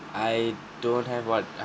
I don't have what